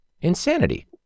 Insanity